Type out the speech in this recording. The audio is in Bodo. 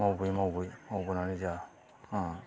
मावबोयै मावबोयै मावबोनानै जा ओ